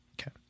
Okay